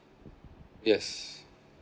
yes